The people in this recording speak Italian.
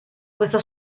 questa